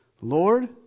Lord